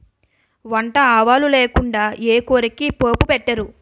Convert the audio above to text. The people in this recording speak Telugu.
వంట ఆవాలు లేకుండా ఏ కూరకి పోపు పెట్టరు